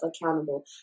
accountable